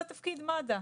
זה תפקיד מד"א,